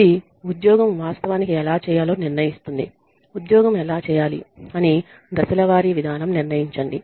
ఇది ఉద్యోగం వాస్తవానికి ఎలా చేయాలో నిర్ణయిస్తుంది ఉద్యోగం ఎలా చేయాలి అని దశల వారీ విధానం నిర్ణయించండి